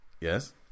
Yes